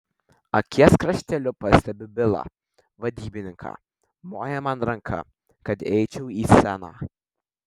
akies krašteliu pastebiu bilą vadybininką moja man ranka kad eičiau į sceną